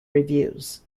reviews